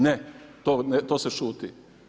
Ne, to se šuti.